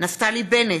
נפתלי בנט,